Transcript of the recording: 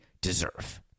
deserve